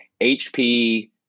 HP